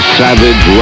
savage